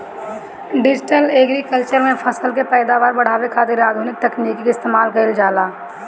digital agriculture में फसल के पैदावार बढ़ावे खातिर आधुनिक तकनीकी के इस्तेमाल कईल जाला